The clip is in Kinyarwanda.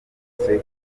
zose